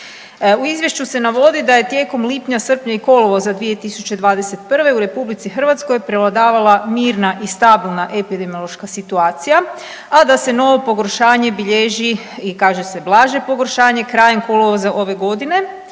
U izvješću se navodi da je tijekom lipnja, srpnja i kolovoza 2021. u RH prevladavala mirna i stabilna epidemiološka situacija, a da se novo pogoršanje bilježi kaže se blaže pogoršanje krajem kolovoza ove godine.